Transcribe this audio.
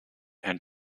and